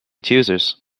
choosers